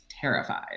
terrified